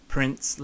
Prince